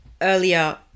earlier